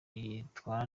yitwara